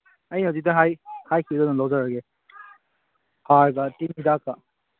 ꯑꯩ ꯍꯧꯖꯤꯛꯇ ꯍꯥꯏꯈꯤꯕꯗꯨꯝ ꯂꯧꯖꯔꯒꯦ ꯍꯥꯔꯒ ꯇꯤꯟ ꯍꯤꯗꯥꯛꯀ